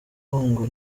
ngo